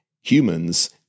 humans